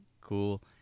Cool